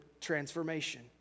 transformation